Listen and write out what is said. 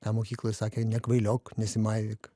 na mokykloj sakė nekvailiok nesimaivyk